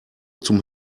zum